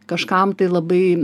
kažkam tai labai